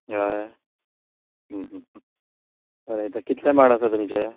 हय बरें येता कितले माड आसा तुमचे